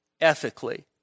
ethically